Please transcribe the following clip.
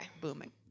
booming